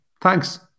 thanks